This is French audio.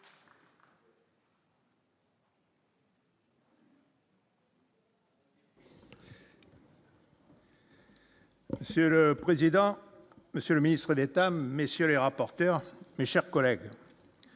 Monsieur le président, Monsieur le Ministre d'État m'messieurs les rapporteurs, mes chers collègues,